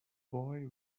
boy